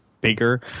bigger